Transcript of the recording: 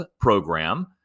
program